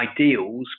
ideals